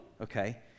okay